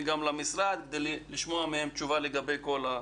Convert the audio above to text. למשרד כדי לשמוע מהם תשובה על הכול.